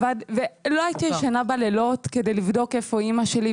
לא הייתי ישנה בלילות כדי לבדוק איפה אימא שלי,